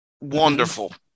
Wonderful